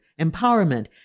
empowerment